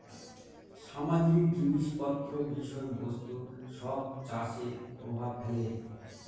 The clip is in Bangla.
সামাজিক জিনিস পত্র বিষয় বস্তু সব চাষে প্রভাব ফেলে